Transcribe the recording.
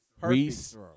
Reese